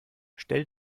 stell